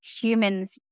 humans